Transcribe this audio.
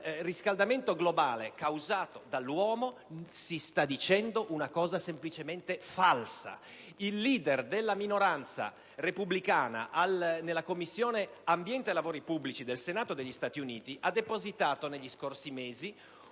riscaldamento globale causato dall'uomo, si sta dicendo una cosa semplicemente falsa. Il *leader* della minoranza repubblicana nella Commissione ambiente e lavori pubblici del Senato degli Stati Uniti, negli scorsi mesi,